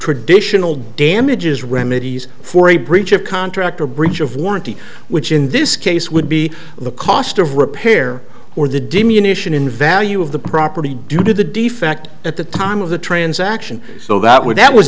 traditional damages remedies for a breach of contract or breach of warranty which in this case would be the cost of repair or the diminished in value of the property due to the defect at the time of the transaction so that would that was